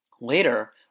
Later